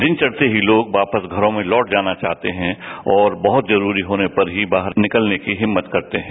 दिन कढ़ते ही लोग वापस घरों में लौट जाना चाहते हैं और बहुत जरूरी होने पर ही वह बाहर निकलने की हिम्मत कत्ते हैं